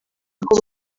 kuko